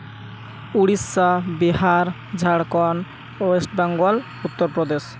Odisha Bihar Jharkhand West Bengal Uttar Pradesh